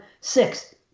six